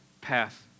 path